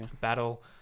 Battle